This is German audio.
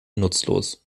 nutzlos